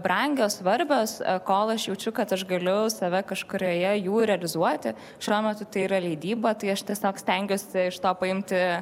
brangios svarbios kol aš jaučiu kad aš galiu save kažkurioje jų realizuoti šiuo metu tai yra leidyba tai aš tiesiog stengiuosi iš to paimti